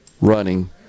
running